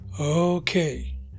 Okay